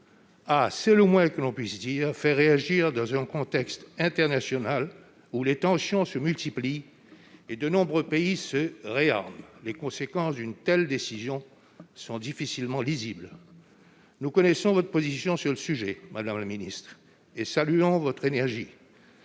c'est le moins que l'on puisse dire ! -dans un contexte international où les tensions se multiplient et où de nombreux pays se réarment. Les conséquences d'une telle décision sont difficilement lisibles. Nous connaissons la position de Mme la ministre sur le sujet et saluons son énergie.